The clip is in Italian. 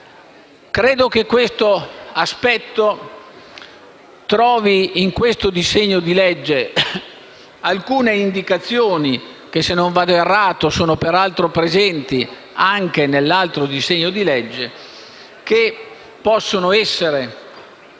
Credo che questo aspetto trovi nel disegno di legge in questione alcune indicazioni che, se non vado errato, sono peraltro presenti anche nell'altro disegno di legge, che possono essere,